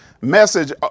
message